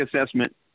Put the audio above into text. assessment